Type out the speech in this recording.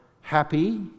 happy